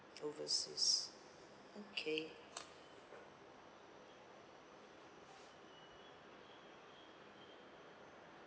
overseas okay